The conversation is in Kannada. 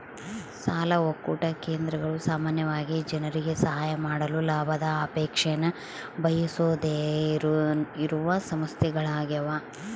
ಸಾಲ ಒಕ್ಕೂಟ ಕೇಂದ್ರಗಳು ಸಾಮಾನ್ಯವಾಗಿ ಜನರಿಗೆ ಸಹಾಯ ಮಾಡಲು ಲಾಭದ ಅಪೇಕ್ಷೆನ ಬಯಸದೆಯಿರುವ ಸಂಸ್ಥೆಗಳ್ಯಾಗವ